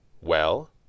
Well